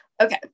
Okay